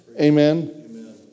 Amen